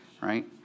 right